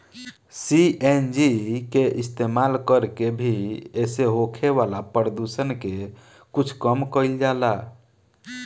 CNG के इस्तमाल कर के भी एसे होखे वाला प्रदुषण के कुछ कम कईल जाला